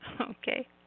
Okay